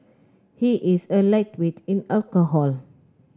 he is a lightweight in alcohol